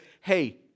hey